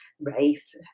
race